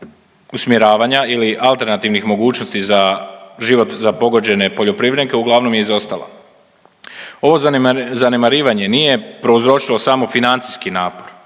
usmjeravanja ili alternativnih mogućnosti za život za pogođene poljoprivrednike uglavnom je izostala. Ovo zanemarivanje nije prouzročilo samo financijski napor